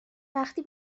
وقتی